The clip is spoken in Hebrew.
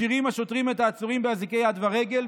משאירים השוטרים את העצורים באזיקי יד ורגל,